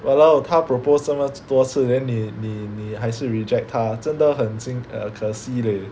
!walao! 他 proposed 这么多次 then 你你你还是 reject 他真的很清可惜 leh